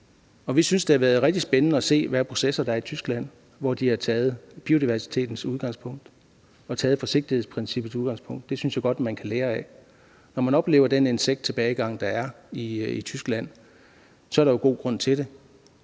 vi synes, det har været rigtig spændende at se, hvad processer der er i Tyskland, hvor de har taget biodiversiteten som udgangspunkt og har taget forsigtighedsprincippet som udgangspunkt. Det synes jeg godt man kan lære af. Når man oplever, at der er en insekttilbagegang som den, der er i Tyskland, så er der jo god grund til det.